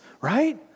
right